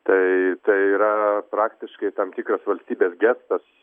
tai tai yra praktiškai tam tikras valstybės gestas